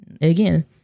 Again